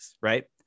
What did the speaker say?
right